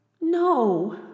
No